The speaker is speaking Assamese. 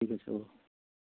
ঠিক আছে হ'ব